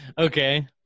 okay